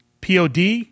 pod